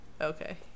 Okay